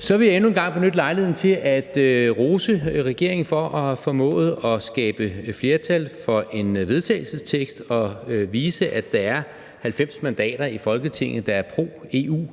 Så vil jeg endnu en gang benytte lejligheden til at rose regeringen for at have formået at skabe flertal for et forslag til vedtagelse og vise, at der er 90 mandater i Folketinget, der er pro-EU,